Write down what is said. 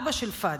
אבא של פאדי,